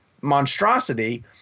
monstrosity